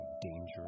dangerous